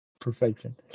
perfection